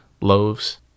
loaves